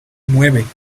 nueve